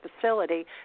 facility